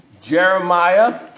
Jeremiah